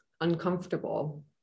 uncomfortable